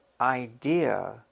idea